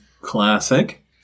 Classic